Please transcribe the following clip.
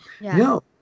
No